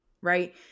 right